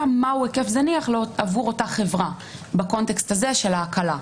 מהו היקף זניח עבור אותה חברה בקונטקסט הזה של ההקלה.